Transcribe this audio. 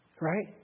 Right